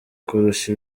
kurusha